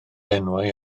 enwau